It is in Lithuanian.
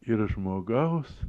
yra žmogaus